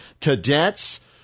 Cadets